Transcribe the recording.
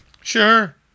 Sure